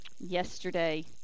Yesterday